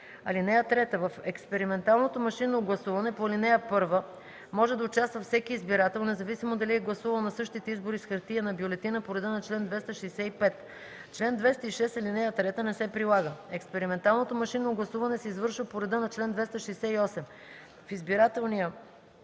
от него. (3) В експерименталното машинно гласуване по ал. 1 може да участва всеки избирател, независимо дали е гласувал на същите избори с хартиена бюлетина по реда на чл. 265. Член 206, ал. 3 не се прилага. Експерименталното машинно гласуване се извършва по реда на чл. 268.